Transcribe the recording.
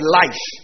life